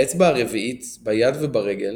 האצבע הרביעית ביד וברגל